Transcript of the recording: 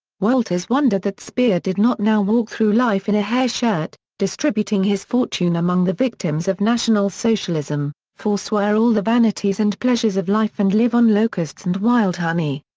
wolters wondered that speer did not now walk through life in a hair shirt, distributing his fortune among the victims of national socialism, forswear all the vanities and pleasures of life and live on locusts and wild honey.